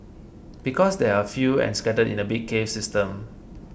because they are few and scattered in a big cave system